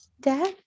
Dad